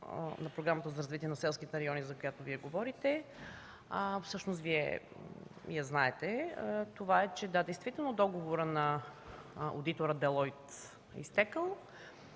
програма за развитие на селските райони, за която Вие говорите, всъщност Вие я знаете, това е, че – да, действително договорът на одитора „Делойт” е изтекъл.